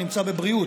זה נמצא בבריאות.